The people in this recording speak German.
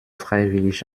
freiwillig